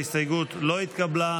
ההסתייגות לא התקבלה.